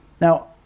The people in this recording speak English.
now